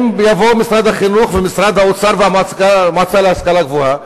אם יבואו משרד החינוך ומשרד האוצר והמועצה להשכלה גבוהה,